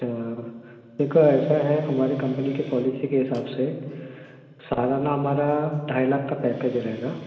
اچھا دیکھو ایسا ہے ہماری کمپنی کی پالیسی کے حساب سے سارا نہ ہمارا ڈھائی لاکھ کا پیکج رہے گا